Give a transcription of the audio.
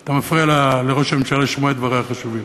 אתה מפריע לראש הממשלה לשמוע את דברי החשובים.